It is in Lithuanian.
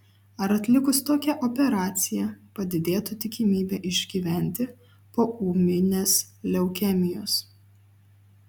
ar atlikus tokią operaciją padidėtų tikimybė išgyventi po ūminės leukemijos